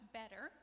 better